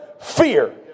fear